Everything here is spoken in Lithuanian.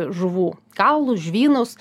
žuvų kaulus žvynus